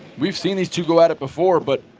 weve seen these two go at it before but